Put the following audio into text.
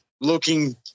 looking